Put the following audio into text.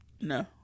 no